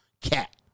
cat